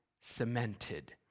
cemented